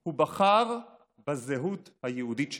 הוא בחר בזהות היהודית שלו.